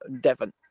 Devon